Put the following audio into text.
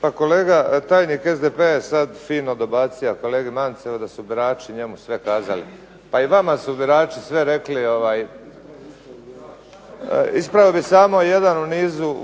Pa kolega tajnik SDP-a je sada fino dobacio kolegi Mancu da su birači njemu sve kazali. Pa i vama su birači sve rekli. Ispravio bih samo jedan